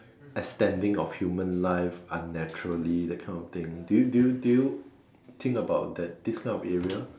extending of human life unnaturally that kind of thing do you do you do you think about that this kind of area